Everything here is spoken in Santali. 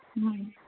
ᱦᱮᱸ